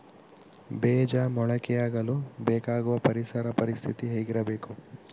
ಬೇಜ ಮೊಳಕೆಯಾಗಲು ಬೇಕಾಗುವ ಪರಿಸರ ಪರಿಸ್ಥಿತಿ ಹೇಗಿರಬೇಕು?